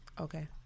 Okay